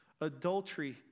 Adultery